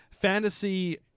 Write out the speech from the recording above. fantasy